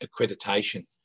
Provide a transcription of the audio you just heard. accreditation